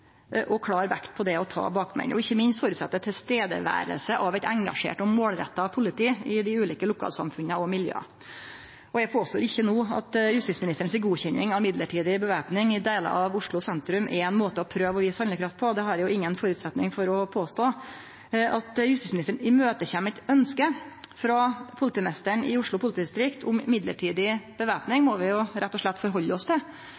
og klar vekt på det å ta bakmenn. Ikkje minst føreset det eit synleg, engasjert og målretta politi i dei ulike lokalsamfunna og miljøa. Eg påstår ikkje no at justisministeren si godkjenning av mellombels væpning i delar av Oslo sentrum er ein måte å prøve å vise handlekraft på. Det har eg ingen føresetnad for å påstå. At justisministeren kjem i møte eit ønske frå politimeisteren i Oslo politidistrikt om mellombels væpning, må vi rett og slett ta til